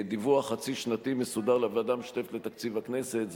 דיווח חצי-שנתי מסודר לוועדה המשותפת לתקציב הכנסת,